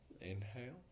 Inhale